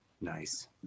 Nice